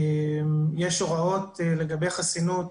יש הוראות לגבי חסינות,